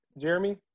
Jeremy